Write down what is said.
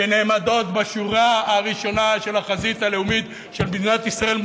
שנעמדות בשורה הראשונה של החזית הלאומית של מדינת ישראל,